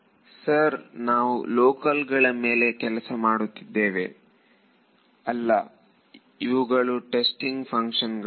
ವಿದ್ಯಾರ್ಥಿ ಸರ್ನಾವು ಲೋಕಲ್ ಗಳ ಮೇಲೆ ಕೆಲಸ ಮಾಡುತ್ತಿದ್ದೇವೆ ಅಲ್ಲ ಇವುಗಳು ಟೆಸ್ಟಿಂಗ್ ಫಂಕ್ಷನ್ಗಳು